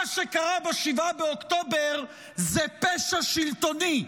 מה שקרה ב-7 באוקטובר זה פשע שלטוני,